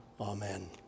Amen